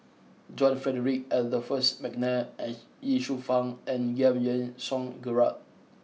John Frederick Adolphus McNair Ye Shufang and Giam Yean Song Gerald